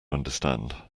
understand